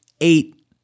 eight